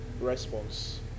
response